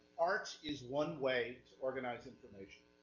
art is one way to organize information,